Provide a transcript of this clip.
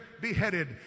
beheaded